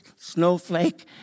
Snowflake